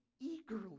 eagerly